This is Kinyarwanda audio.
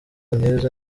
nk’izo